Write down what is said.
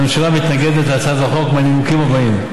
הממשלה מתנגדת להצעת החוק מהנימוקים הבאים.